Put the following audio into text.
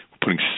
putting